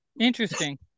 Interesting